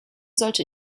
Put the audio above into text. sollte